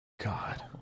God